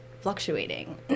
fluctuating